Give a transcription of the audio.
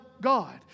God